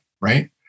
right